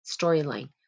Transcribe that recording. storyline